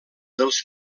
dels